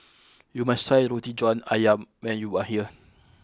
you must try Roti John Ayam when you are here